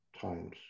times